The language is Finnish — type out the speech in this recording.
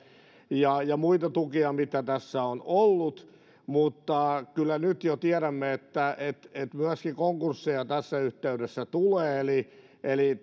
kustannustuki ja muita tukia mitä tässä on ollut mutta kyllä nyt jo tiedämme että että myöskin konkursseja tässä yhteydessä tulee eli eli